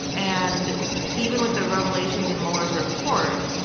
and even with the revelations in mueller's report,